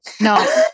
No